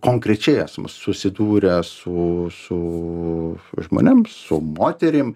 konkrečiai esu susidūręs su su žmonėm su moterim